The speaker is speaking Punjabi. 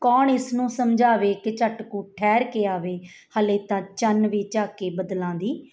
ਕੌਣ ਇਸ ਨੂੰ ਸਮਝਾਵੇ ਕਿ ਝੱਟ ਕੁ ਠਹਿਰ ਕੇ ਆਵੇ ਹਾਲੇ ਤਾਂ ਚੰਨ ਵੀ ਝਾਕ ਕੇ ਬੱਦਲਾਂ ਦੀ